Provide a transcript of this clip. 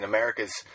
America's